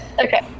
okay